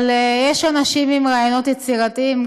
אבל יש אנשים עם רעיונות יצירתיים,